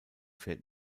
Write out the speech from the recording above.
fährt